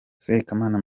sekamana